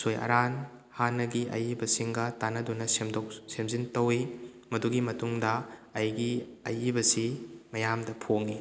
ꯑꯁꯣꯏ ꯑꯔꯥꯟ ꯍꯥꯟꯅꯒꯤ ꯑꯩꯏꯕꯁꯤꯡꯒ ꯇꯥꯟꯅꯗꯨꯅ ꯁꯦꯝꯗꯣꯛ ꯁꯦꯝꯖꯤꯟ ꯇꯧꯏ ꯃꯗꯨꯒꯤ ꯃꯇꯨꯡꯗ ꯑꯩꯒꯤ ꯑꯏꯕꯁꯤ ꯃꯌꯥꯝꯗ ꯐꯣꯡꯏ